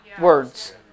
words